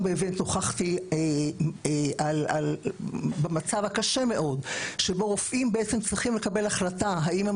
באמת נוכחתי למצב הקשה מאוד שבו רופאים צריכים לקבל החלטה האם הם